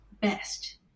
best